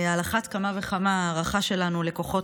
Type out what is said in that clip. על אחת כמה וכמה ההערכה שלנו לכוחות